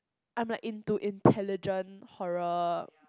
I'm like into intelligent horror